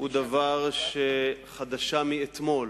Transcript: הוא חדשה מאתמול.